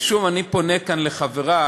ושוב, אני פונה כאן לחברי,